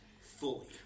fully